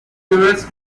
puris